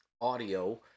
audio